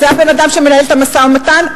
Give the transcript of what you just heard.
אז זה הבן-אדם שמנהל את המשא-ומתן?